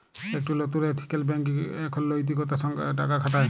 একট লতুল ethical banking এখন লৈতিকতার সঙ্গ টাকা খাটায়